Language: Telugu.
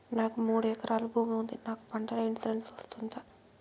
నాకు మూడు ఎకరాలు భూమి ఉంది నాకు పంటల ఇన్సూరెన్సు వస్తుందా?